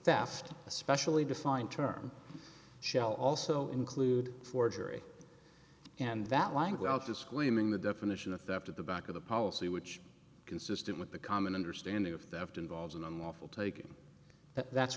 fast especially defined term shall also include forgery and that language disclaiming the definition of theft at the back of the policy which consistent with the common understanding of theft involves an unlawful taking that's